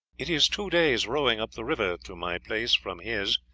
it is two days' rowing up the river to my place from his,